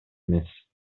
эмес